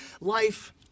life